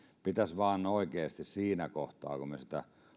pitäisi vain oikeasti siinä kohtaa kun me sitä